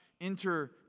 Enter